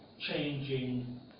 changing